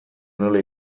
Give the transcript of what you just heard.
nola